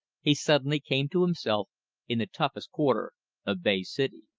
he suddenly came to himself in the toughest quarter of bay city.